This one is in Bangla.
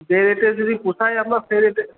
সে রেটে যদি পোষায় আমরা সে রেটে